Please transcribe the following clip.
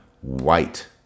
White